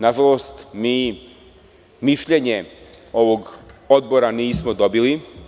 Nažalost, mišljenje ovog odbora nismo dobili.